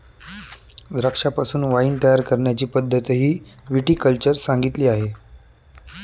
द्राक्षांपासून वाइन तयार करण्याची पद्धतही विटी कल्चर सांगितली आहे